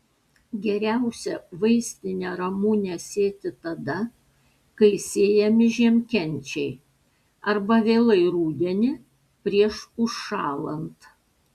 geriausia vaistinę ramunę sėti tada kai sėjami žiemkenčiai arba vėlai rudenį prieš užšąlant